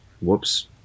whoops